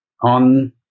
on